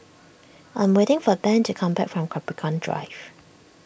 I'm waiting for Ben to come back from Capricorn Drive